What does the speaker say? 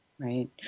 Right